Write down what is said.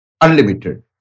unlimited